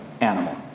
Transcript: animal